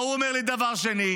ההוא אומר לי דבר שני,